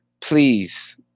please